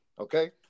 Okay